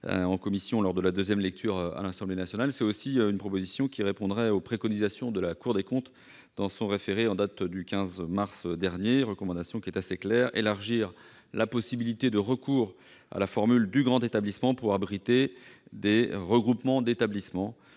en commission lors de la nouvelle lecture à l'Assemblée nationale. Elle répond aussi aux préconisations faites par la Cour des comptes dans son référé en date du 15 mars 2018. Sa recommandation est assez claire : «élargir la possibilité de recours à la formule du grand établissement pour abriter les regroupements d'établissements